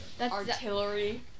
Artillery